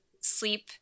sleep